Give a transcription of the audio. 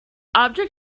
object